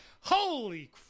Holy